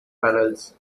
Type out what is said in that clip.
panels